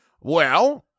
Well-